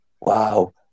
wow